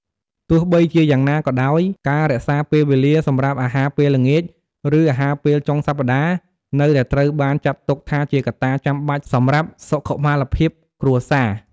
ទោះបីជាយ៉ាងណាក៏ដោយ ការរក្សាពេលវេលាសម្រាប់អាហារពេលល្ងាច ឬអាហារពេលចុងសប្តាហ៍ នៅតែត្រូវបានចាត់ទុកថាជាកត្តាចាំបាច់សម្រាប់សុខុមាលភាពគ្រួសារ។